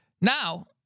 now